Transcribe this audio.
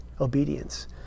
obedience